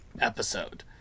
episode